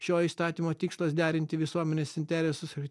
šio įstatymo tikslas derinti visuomenės interesus ir